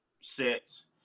sets